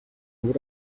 would